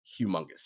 humongous